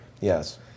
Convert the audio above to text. Yes